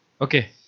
Okay